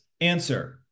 answer